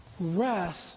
rest